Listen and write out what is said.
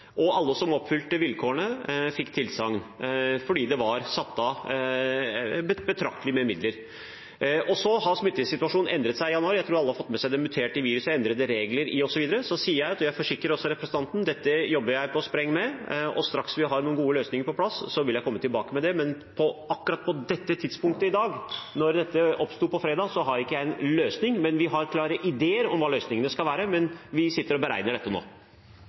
smittesituasjonen seg i januar – jeg tror alle har fått med seg det muterte viruset, endrede regler osv. Jeg forsikrer representanten om at dette jobber jeg på spreng med, og straks vi har noen gode løsninger på plass, vil jeg komme tilbake med dem. Akkurat på dette tidspunktet, i dag – siden dette oppsto på fredag – har jeg ikke en løsning, men vi har klare ideer om hva løsningene skal være, og vi sitter og beregner dette nå.